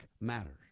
matters